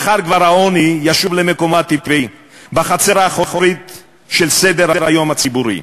מחר כבר העוני ישוב למקומו הטבעי בחצר האחורית של סדר-היום הציבורי.